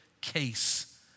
case